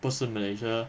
不是 malaysia